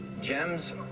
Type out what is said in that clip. GEMS